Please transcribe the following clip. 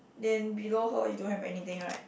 then below her you don't have anything right